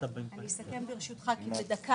אני אסכם ברשותך, כי בדקה.